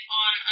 on